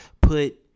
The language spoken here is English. put